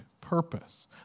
purpose